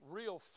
real